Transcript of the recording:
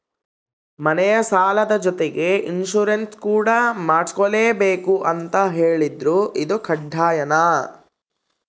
ಮನೆ ಸಾಲದ ಜೊತೆಗೆ ಇನ್ಸುರೆನ್ಸ್ ಕೂಡ ಮಾಡ್ಸಲೇಬೇಕು ಅಂತ ಹೇಳಿದ್ರು ಇದು ಕಡ್ಡಾಯನಾ?